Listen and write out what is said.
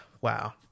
Wow